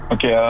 Okay